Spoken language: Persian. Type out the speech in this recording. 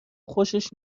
خوشش